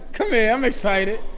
come here. i'm excited.